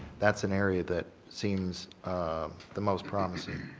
that's an area that seems the most promising.